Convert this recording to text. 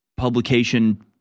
publication